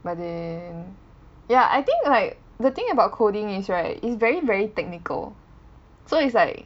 but then ya I think like the thing about coding is right is very very technical so it's like